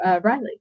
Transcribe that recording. Riley